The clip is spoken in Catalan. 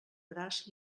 braç